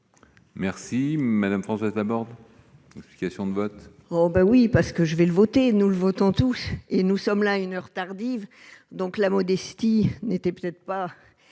Merci madame Françoise Laborde, explications de vote. Oh ben oui parce que je vais le voter, nous le vote en touche et nous sommes là à une heure tardive, donc la modestie n'était peut-être pas